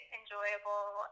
enjoyable